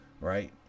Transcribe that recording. right